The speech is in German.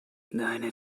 deine